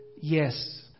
yes